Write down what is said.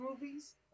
movies